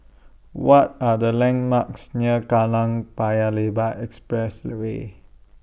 What Are The landmarks near Kallang Paya Lebar Expressway